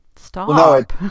stop